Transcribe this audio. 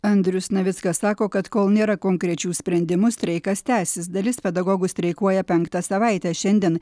andrius navickas sako kad kol nėra konkrečių sprendimų streikas tęsis dalis pedagogų streikuoja penktą savaitę šiandien